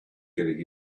getting